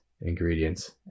ingredients